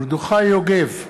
מרדכי יוגב,